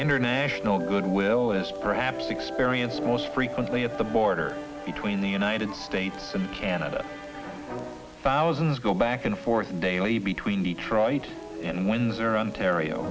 international goodwill is perhaps experienced most frequently at the border between the united states and canada thousands go back and forth daily between detroit and windsor ontario